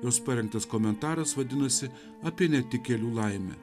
jos parengtas komentaras vadinosi apie netikėlių laimę